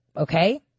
Okay